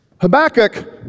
Habakkuk